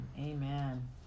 Amen